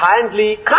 kindly